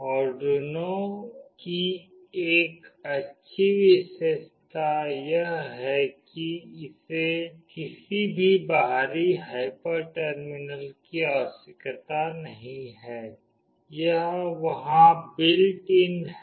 Arduino की एक अच्छी विशेषता यह है कि इसे किसी भी बाहरी हाइपर टर्मिनल की आवश्यकता नहीं है यह वहां बिल्ट इन है